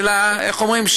איך אומרים,